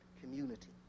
community